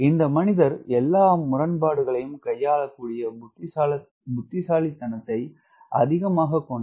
இந்த மனிதர் எல்லா முரண்பாடுகளையும் கையாளக்கூடிய புத்திசாலித்தனத்தை அதிகமாக கொண்டவர்